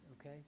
Okay